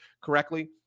correctly